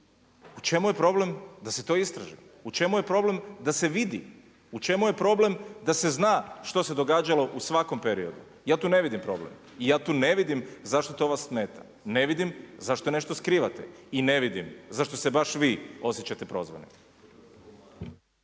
u čemu je problem da se to istraži? U čemu je problem da se vidi? U čemu je problem da se zna što se događalo u svakom periodu? Ja tu ne vidim problem. I ja tu ne vidim zašto to vas smeta, ne vidim zašto nešto skrivate? I ne vidim zašto se baš vi osjećate prozvanim?